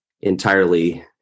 entirely